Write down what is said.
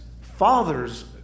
fathers